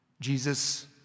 Jesus